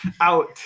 Out